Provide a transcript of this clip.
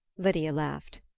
lydia laughed.